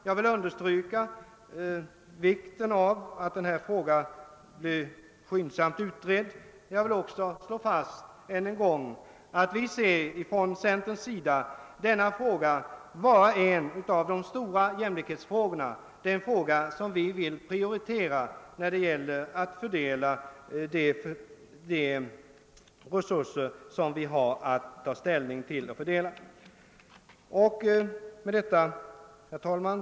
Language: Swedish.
Jag vill understryka vikten av att den här frågan skyndsamt utreds. Jag vill också ännu en gång slå fast att vi inom centern anser detta vara en av de stora jämlikhetsfrågorna och att vi vill prioritera den när det gäller att fördela de resurser som finns att fördela. Herr talman!